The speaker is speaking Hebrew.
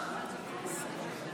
נעבור לנושא הבא על סדר-היום.